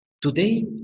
today